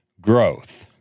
growth